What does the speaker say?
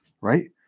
right